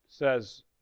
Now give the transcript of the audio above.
says